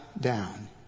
down